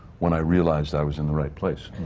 when i realized i was in the right place.